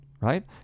right